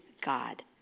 God